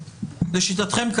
לשיטתכם,